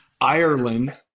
Ireland